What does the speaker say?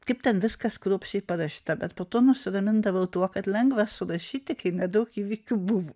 kaip ten viskas kruopščiai parašyta bet po to nusiramindavau tuo kad lengva surašyti kai daug įvykių buvo